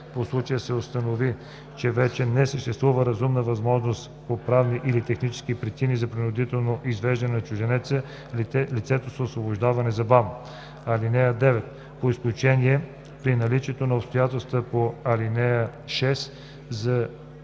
по случая се установи, че вече не съществува разумна възможност по правни или технически причини за принудителното извеждане на чужденеца, лицето се освобождава незабавно. (9) По изключение, при наличието на обстоятелствата по ал. 6 за придружените